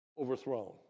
overthrown